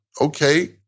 Okay